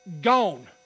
gone